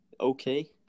okay